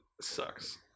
sucks